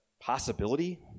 possibility